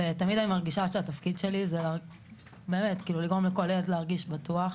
ואני תמיד מרגישה שהתפקיד שלי הוא באמת לגרום לכל ילד להרגיש בטוח,